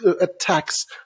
attacks